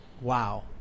wow